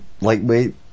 lightweight